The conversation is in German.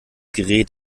gerät